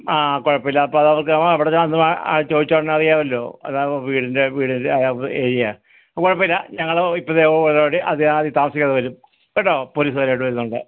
ആ കുഴപ്പമില്ല അപ്പം അത് അവർക്ക് അവിടെ വന്ന് ചോദിച്ചാൽ ഉടനെ അറിയാവല്ലോ അതാവുമ്പോ വീടിൻ്റെ വീടിൻ്റെ ഏരിയ അപ്പം കുഴപ്പമില്ല ഞങ്ങളിപ്പം ദേ അധികം അധികം താമസിയാതെ വരും കേട്ടോ പോലീസുകാരായിട്ട് വരുന്നുണ്ട്